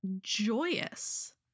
joyous